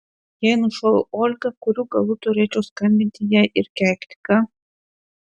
jei nušoviau olgą kurių galų turėčiau skambinti jai ir keikti ką